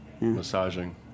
massaging